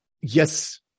Yes